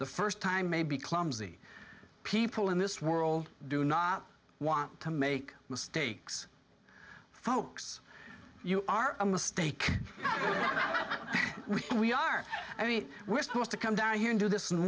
the first time maybe clumsy people in this world do not want to make mistakes folks you are a mistake we are i mean we're supposed to come down here and do this